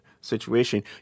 situation